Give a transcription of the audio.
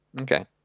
Okay